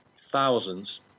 thousands